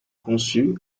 conçu